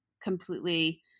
completely